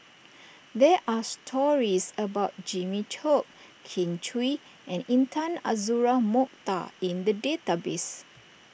there are stories about Jimmy Chok Kin Chui and Intan Azura Mokhtar in the database